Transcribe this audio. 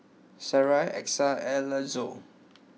Sarai Exa and Alanzo